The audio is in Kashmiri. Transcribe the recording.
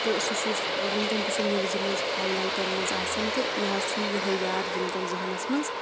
تہٕ سُہ چھِ یُس وٕنکٮ۪ن تہِ چھُ نِوزِ منٛز ہایلایٹَن منٛز آسَان تہٕ مےٚ حظ چھُ یِہٕے یاد وٕنکٮ۪ن ذہنَس منٛز